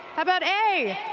about a?